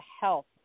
health